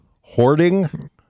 Hoarding